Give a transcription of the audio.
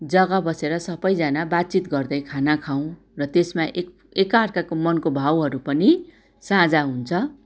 जग्गा बसेर सबैजना बातचित गर्दै खाना खाउँ र तेस्मा एक एका अर्काको मनको भावहरू पनि साजा हुन्छ